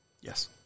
Yes